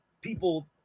people